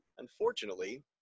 Unfortunately